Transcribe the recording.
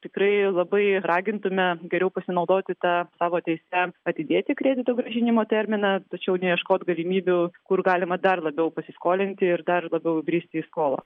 tikrai labai ragintume geriau pasinaudoti ta savo teise atidėti kredito grąžinimo terminą tačiau neieškot galimybių kur galima dar labiau pasiskolinti ir dar labiau įbristi į skolą